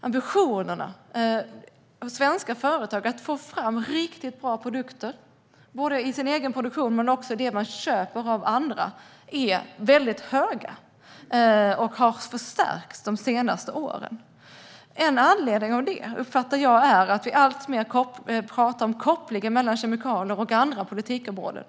Ambitionerna hos svenska företag att få fram riktigt bra produkter, i sin egen produktion men också i fråga om det som man köper av andra, är mycket höga och har förstärkts de senaste åren. En anledning till det, som jag uppfattar det, är att vi alltmer talar om kopplingen mellan kemikalier och andra politikområden.